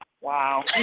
Wow